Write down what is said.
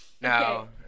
No